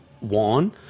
one